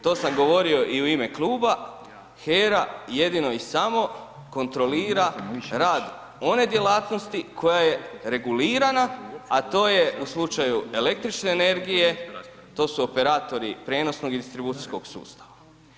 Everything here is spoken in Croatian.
To sam govorio i u ime kluba, HERA jedino i samo kontrolira rad one djelatnosti koja je regulirana, a to je u slučaju električne energije to su operatori prijenosnog i distribucijskog sustava.